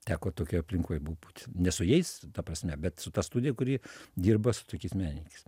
teko tokioj aplinkoj pabūt ne su jais ta prasme bet su ta studija kuri dirba su tokiais menininkais